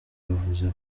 yavuze